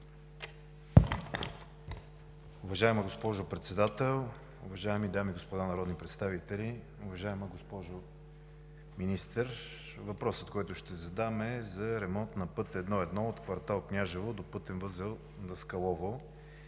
Уважаема госпожо Председател, уважаеми дами и господа народни представители! Уважаема госпожо Министър, въпросът, който ще задам, е за ремонт на път I-1 от квартал Княжево до пътен възел Даскалово.